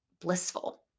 blissful